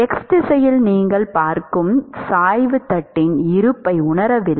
x திசையில் நீங்கள் பார்க்கும் சாய்வு தட்டின் இருப்பை உணரவில்லை